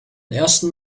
ersten